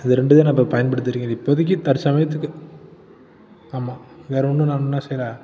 இது ரெண்டுதான் நான் இப்போ பயன்படுத்தியிருக்குறேன் இப்போதிக்கு தற்சமயத்துக்கு ஆமாம் வேறு ஒன்றும் நான் என்ன செய்யல